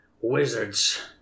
wizards